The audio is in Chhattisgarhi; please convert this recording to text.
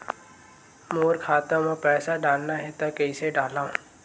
मोर खाता म पईसा डालना हे त कइसे डालव?